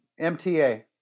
MTA